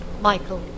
Michael